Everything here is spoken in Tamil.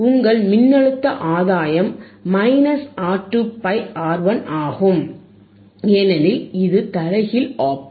உங்கள் மின்னழுத்த ஆதாயம் மைனஸ் R2 பை R1 ஆகும் ஏனெனில் இது தலைகீழ் op amp